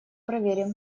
проверим